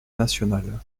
national